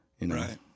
Right